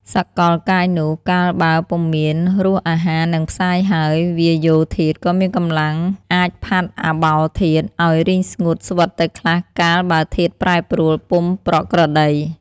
សកល កាយនោះ កាលបើពុំមានរសអាហារនឹងផ្សាយហើយ វាយោធាតុក៏មានកម្លាំង អាចផាត់អាបោធាតុ ឲ្យរីងស្ងួតស្វិតទៅខ្លះកាលបើធាតុប្រែប្រួលពុំប្រក្រតី។